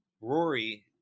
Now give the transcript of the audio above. Rory